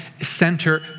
center